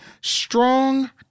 strong